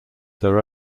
their